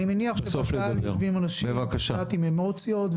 אני מניח שבקהל יושבים אנשים קצת עם אמוציות,